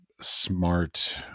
smart